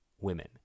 women